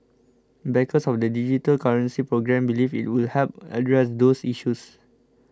backers of the digital currency programme believe it will help address those issues